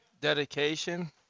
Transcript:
dedication